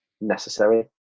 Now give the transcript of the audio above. necessary